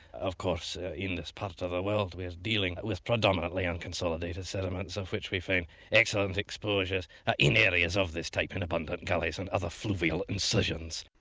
of course ah in this part of the ah world we are dealing with predominately unconsolidated sediments of which we found excellent exposures ah in areas of this type in abundant gullies and other fluvial incisions.